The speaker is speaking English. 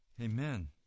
Amen